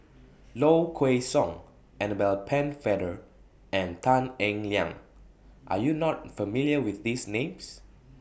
Low Kway Song Annabel Pennefather and Tan Eng Liang Are YOU not familiar with These Names